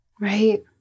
Right